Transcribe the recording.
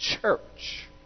church